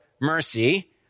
mercy